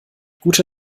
gute